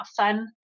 fun